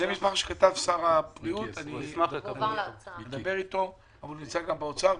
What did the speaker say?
זה מסמך של שר הבריאות, נמצא גם באוצר,